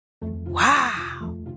Wow